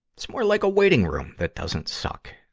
it's more like a waiting room that doesn't suck.